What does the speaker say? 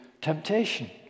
temptation